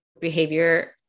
behavior